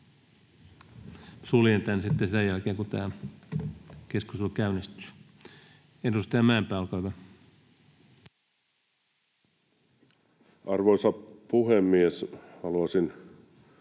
Suljen tämän sitten sen jälkeen, kun tämä keskustelu käynnistyy. — Edustaja Mäenpää, olkaa hyvä. Arvoisa puhemies! Haluaisin